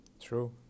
True